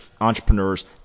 entrepreneurs